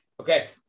Okay